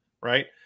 right